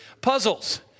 Puzzles